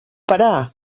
parar